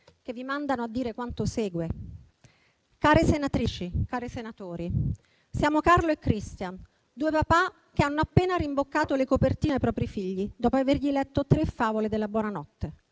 che vi mandano a dire quanto segue: «Care senatrici, cari senatori, siamo Carlo e Christian, due papà che hanno appena rimboccato le copertine ai propri figli dopo aver letto loro tre favole della buona notte.